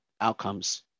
outcomes